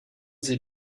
sie